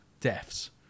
deaths